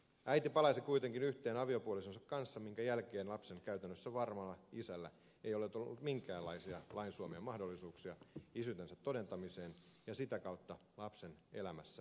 äiti palasi kuitenkin yhteen aviopuolisonsa kanssa minkä jälkeen lapsen käytännössä varmalla isällä ei ole ollut minkäänlaisia lain suomia mahdollisuuksia isyytensä todentamiseen ja sitä kautta lapsen elämässä mukana olemiseen